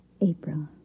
April